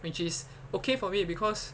which is okay for me because